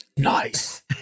Nice